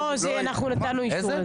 לא, אנחנו נתנו אישור.